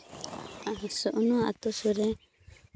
ᱟᱛᱳ ᱥᱩᱨ ᱨᱮ